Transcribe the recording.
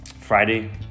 Friday